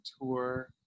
tour